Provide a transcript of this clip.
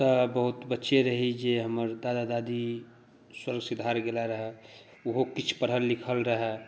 तऽ बहुत बच्चे रही जे हमर दादा दादी स्वर्ग सिधार गेलै रहय ओहो किछु पढ़ल लिखल रहय